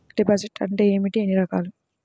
Deposit అంటే ఏమిటీ ఎన్ని రకాలు?